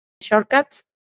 shortcuts